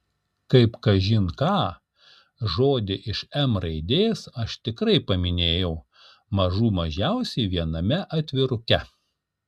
kaip kažin ką žodį iš m raidės aš tikrai paminėjau mažų mažiausiai viename atviruke